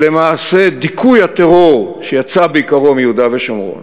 למעשה דיכוי הטרור שיצא בעיקרו מיהודה ושומרון